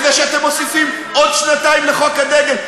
בזה שאתם מוסיפים עוד שנתיים לחוק הדגל.